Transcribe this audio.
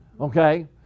okay